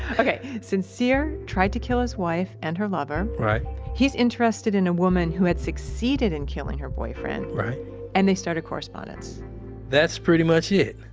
okay, sincere tried to kill his wife and her lover right he's interested in a woman who had succeeded in killing her boyfriend right and they started correspondence that's pretty much it.